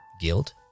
guilt